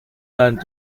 done